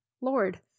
lord